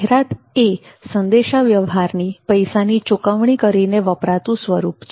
જાહેરાત એ સંદેશાવ્યવહારની પૈસાની ચુકવણી કરીને વપરાતું સ્વરૂપ છે